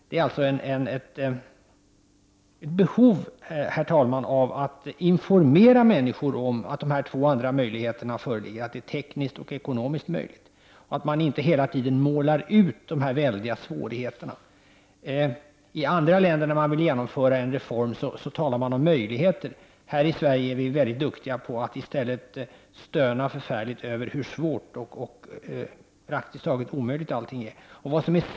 Det finns ett behov av att informera människor om att de två andra möjligheterna föreligger, att avvecklingen är tekniskt och ekonomiskt möjlig, att man inte hela tiden målar upp de väldiga svårigheterna. När man i andra länder vill genomföra en reform, talar man om möjligheten. Här i Sverige är vi väldigt duktiga på att i stället stöna förfärligt över hur svårt och praktiskt taget omöjligt allting är.